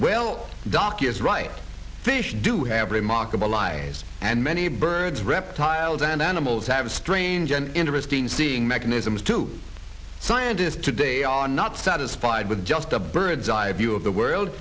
well doc is right fish do have remarkable lives and many birds reptiles and animals have strange and interesting seeing mechanisms to scientists today are not satisfied with just a bird's eye view of the world